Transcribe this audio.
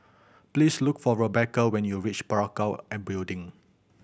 please look for Rebecca when you reach Parakou and Building